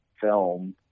film